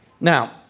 Now